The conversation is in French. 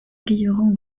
guilherand